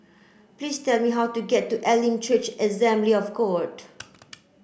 please tell me how to get to Elim Church Assembly of God